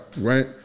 right